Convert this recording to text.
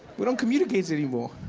we don't communicate anymore.